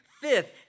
Fifth